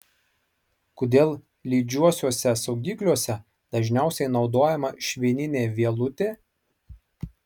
kodėl lydžiuosiuose saugikliuose dažniausiai naudojama švininė vielutė